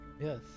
Yes